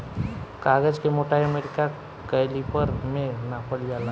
कागज के मोटाई अमेरिका कैलिपर में नापल जाला